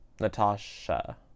natasha